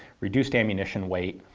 reduced ammunition weight.